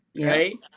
Right